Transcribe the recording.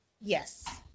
Yes